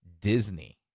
Disney